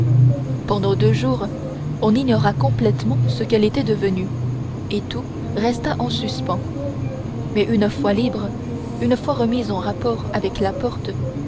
pendant deux jours on ignora complètement ce qu'elle était devenue et tout resta en suspens mais une fois libre une fois remise en rapport avec la porte